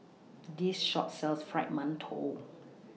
This Shop sells Fried mantou